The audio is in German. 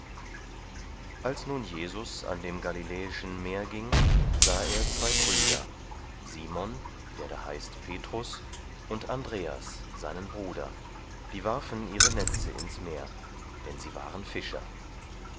als nun jesus an dem galiläischen meer ging sah er zwei brüder simon der da heißt petrus und andreas seinen bruder die warfen ihre netze ins meer denn sie waren fischer